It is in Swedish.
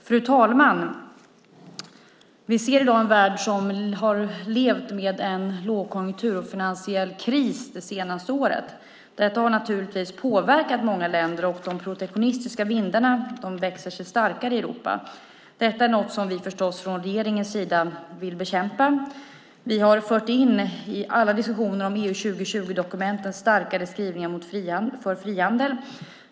Fru talman! Vi ser i dag en värld som har levt med en lågkonjunktur och en finansiell kris det senaste året. Det har naturligtvis påverkat många länder, och de protektionistiska vindarna växer sig starka i Europa. Det är något som vi förstås från regeringens sida vill bekämpa. Vi har fört in i alla diskussioner om EU 2020 en starkare skrivning för frihandel.